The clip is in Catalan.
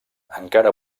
encara